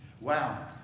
Wow